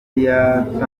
yatambutse